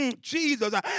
Jesus